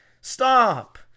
stop